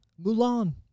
Mulan